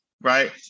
right